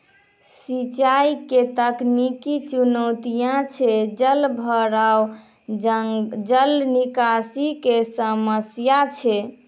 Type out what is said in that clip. सिंचाई के तकनीकी चुनौतियां छै जलभराव, जल निकासी के समस्या छै